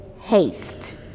haste